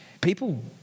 people